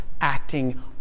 Acting